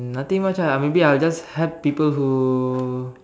nothing much ah maybe I'll just help people who